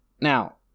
Now